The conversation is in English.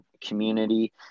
community